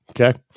Okay